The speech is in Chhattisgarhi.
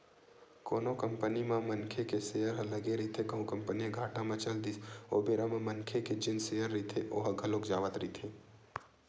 कोनो कंपनी म मनखे के सेयर ह लगे रहिथे कहूं कंपनी ह घाटा म चल दिस ओ बेरा म मनखे के जेन सेयर रहिथे ओहा घलोक जावत रहिथे